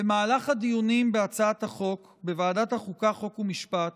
במהלך הדיונים בהצעת החוק בוועדת החוקה, חוק ומשפט